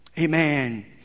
amen